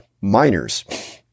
miners